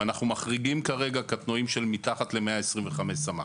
אם אנו מחריגים כרגע קטנועים של למטה ל-125 סמ"ק,